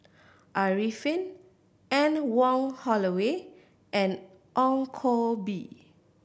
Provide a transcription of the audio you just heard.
Arifin Anne Wong Holloway and Ong Koh Bee